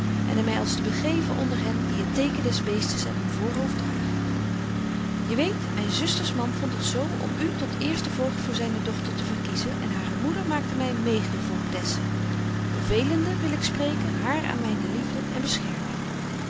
slaan ende my als te begeven onder hen die het teken des beestes aan hun voorhoofd dragen je weet myn zusters man vond het zo om u tot eersten voogd voor zyne dochter te verkiezen en hare moeder maakte my mede voogdesse bevelende wil ik spreken haar aan myne liefde en bescherming